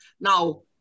now